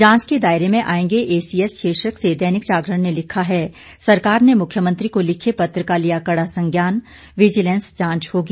जांच के दायरे में आएंगे एसीएस शीर्षक से दैनिक जागरण ने लिखा है सरकार ने मुख्यमंत्री को लिखे पत्र का लिया कड़ा संज्ञान विजीलेंस जांच होगी